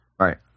Right